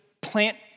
plant